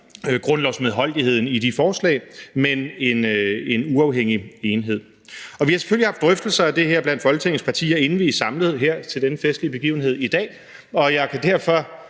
grundlovsmedholdeligheden i de forslag, men en uafhængig enhed. Vi har selvfølgelig haft drøftelser af det her blandt Folketingets partier, inden vi er samlet her til denne festlige begivenhed i dag, og jeg kan derfor